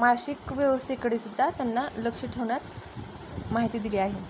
मानसिक व्यवस्थेकडे सुद्धा त्यांना लक्ष ठेवण्यात माहिती दिली आहे